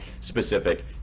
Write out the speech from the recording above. specific